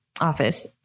Office